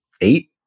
eight